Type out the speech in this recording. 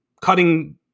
cutting